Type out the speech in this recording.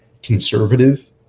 conservative